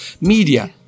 media